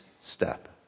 step